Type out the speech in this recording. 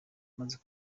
amaze